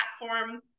platform